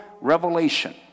revelation